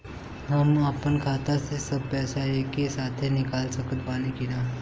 हम आपन खाता से सब पैसा एके साथे निकाल सकत बानी की ना?